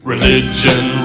Religion